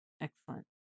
Excellent